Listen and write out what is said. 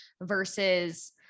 versus